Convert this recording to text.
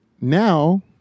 Now